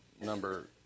number